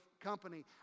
company